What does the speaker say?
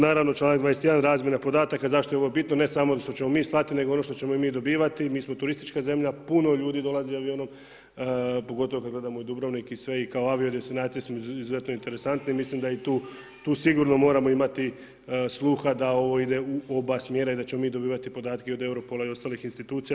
Naravno članak 21. razmjena podataka, zašto je ovo bitno, ne samo što ćemo mi slati nego ono što ćemo i mi dobivati, mi smo turistička zemlja, puno ljudi dolazi avionom, pogotovo kada gledamo i Dubrovnik i sve i kao avio destinacije smo izuzetno interesantni, mislim da i tu, tu sigurno moramo imati sluha da ovo ide u oba smjera i da ćemo mi dobivati podatke i od Europola i ostalih institucija.